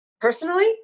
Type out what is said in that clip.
Personally